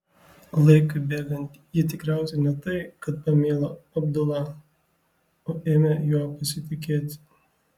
laikui bėgant ji tikriausiai ne tai kad pamilo abdula o ėmė juo pasitikėti